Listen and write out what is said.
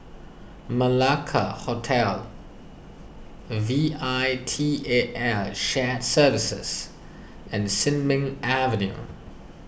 Malacca Hotel V I T A L Shared Services and Sin Ming Avenue